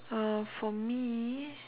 uh for me